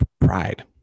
pride